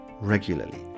regularly